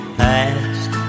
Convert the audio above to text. past